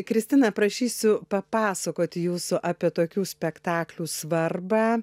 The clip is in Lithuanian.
kristina prašysiu papasakoti jūsų apie tokių spektaklių svarbą